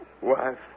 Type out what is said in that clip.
Wife